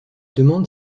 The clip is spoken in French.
demande